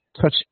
touch